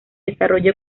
desarrollo